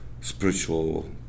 spiritual